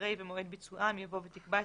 אחרי "ומועד ביצועם" יבוא "ותקבע את